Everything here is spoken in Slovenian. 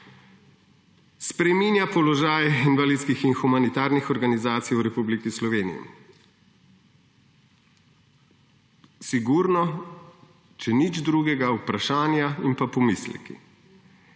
spreminja položaj invalidskih in humanitarnih organizacij v Republiki Sloveniji. Sigurno, če nič drugega, vprašanja in pomisleki.